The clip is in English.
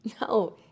No